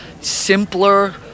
simpler